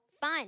fun